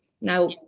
Now